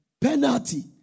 Penalty